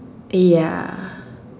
ya